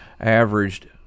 averaged